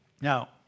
Now